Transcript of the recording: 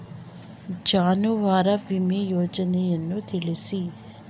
ಜಾನುವಾರು ವಿಮಾ ಯೋಜನೆಯನ್ನು ತಿಳಿಸಿ?